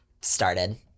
started